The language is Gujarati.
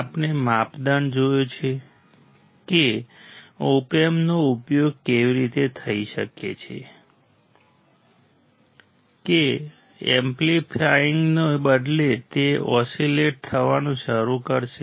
આપણે માપદંડ જોયો છે કે ઓપ એમ્પ નો ઉપયોગ એવી રીતે થઈ શકે છે કે એમ્પ્લીફાઈંગને બદલે તે ઓસીલેટ થવાનું શરૂ કરશે